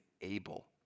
able